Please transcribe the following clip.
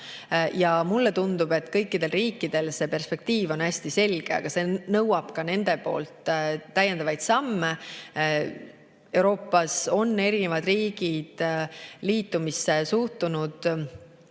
Mulle tundub, et kõikidel riikidel on perspektiiv hästi selge, aga see nõuab nendelt täiendavaid samme. Euroopas on erinevad riigid suhtunud